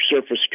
surface